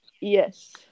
Yes